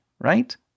right